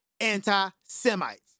anti-Semites